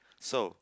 so